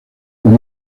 con